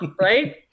Right